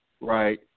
right